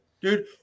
Dude